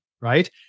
right